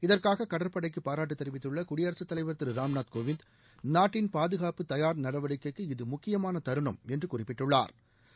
இதற்காக கடற்படைக்கு பாராட்டு தெிவித்துள்ள குடியரசுத் தலைவர் திரு ராம்நாத் கோவிந்த் நாட்டின் பாதுகாப்பு தயார் நடவடிக்கைக்கு இது முக்கியமான தருணம் என்று குறிப்பிட்டுள்ளாா்